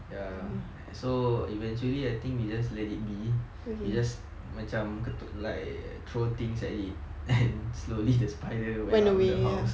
ya so eventually I think we just let it be we just macam like throw things at it and slowly the spider went out of the house